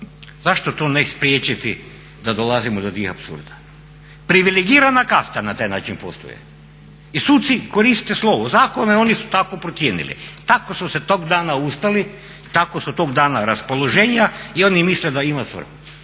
Zašto to ne spriječiti da dolazimo do … apsurda. Privilegirana kasta na taj način … i suci koriste slovo zakona i oni su tako procijenili, tako su se tog dana ustali, tako su tog dana raspoloženja i oni misle da ima svrhu.